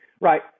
right